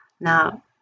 Now